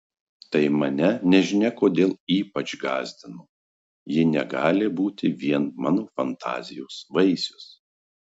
tai mane nežinia kodėl ypač gąsdino ji negali būti vien mano fantazijos vaisius